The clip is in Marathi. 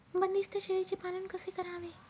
बंदिस्त शेळीचे पालन कसे करावे?